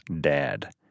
dad